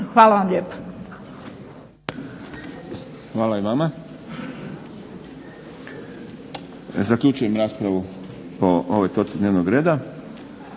Boris (SDP)** Hvala i vama. Zaključujem raspravu o ovoj točci dnevnog reda.